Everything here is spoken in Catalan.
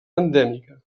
endèmica